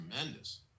tremendous